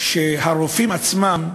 שהרופאים עצמם,